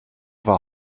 war